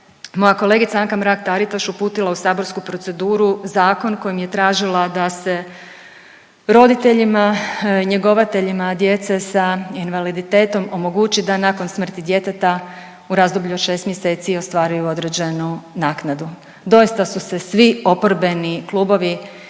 moja kolegica Anka Mrak Taritaš uputila u saborsku proceduru zakon kojim je tražila da se roditeljima njegovateljima djece sa invaliditetom omogući da nakon smrti djeteta u razdoblju od 6 mjeseci ostvaruju određenu naknadu. Doista su se svi oporbeni klubovi